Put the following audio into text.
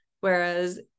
Whereas